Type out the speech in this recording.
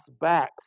back